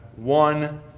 one